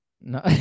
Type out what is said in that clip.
No